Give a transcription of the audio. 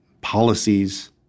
policies